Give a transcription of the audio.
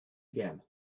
again